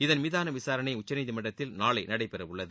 இதன் மீதான விசாரணை உச்சநீதிமன்றத்தில் நாளை நடைபெற உள்ளது